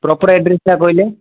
proper ଆଡ୍ରେସଟା କହିଲେ